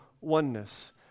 oneness